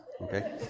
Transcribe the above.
okay